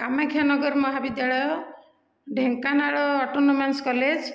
କାମାକ୍ଷାନଗର ମହାବିଦ୍ୟାଳୟ Dhenkanal autonomous college